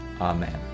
Amen